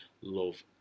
love